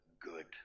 good